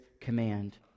command